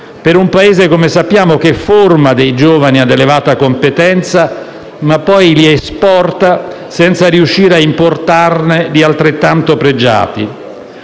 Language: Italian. per un Paese che - come sappiamo - forma dei giovani ad elevata competenza e poi li esporta senza riuscire a importarne di altrettanto pregiati.